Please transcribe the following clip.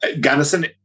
Gunnison